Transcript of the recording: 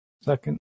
Second